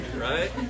right